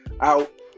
out